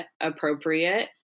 appropriate